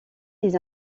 les